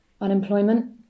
unemployment